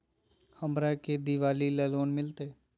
हमरा के दिवाली ला लोन मिलते?